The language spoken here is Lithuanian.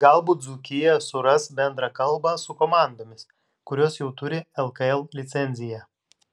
galbūt dzūkija suras bendrą kalbą su komandomis kurios jau turi lkl licenciją